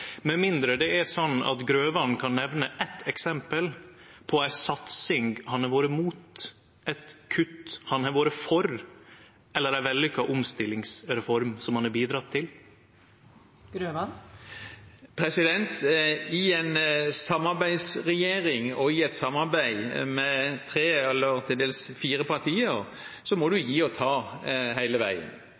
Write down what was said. med mindre det er slik at Grøvan kan nemne eitt eksempel på ei satsing han har vore imot, eit kutt han har vore for, eller ei vellukka omstillingsreform som han har bidrege til. I en samarbeidsregjering og i et samarbeid med tre – til dels fire – partier må man hele veien gi og ta.